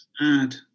add